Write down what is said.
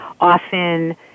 often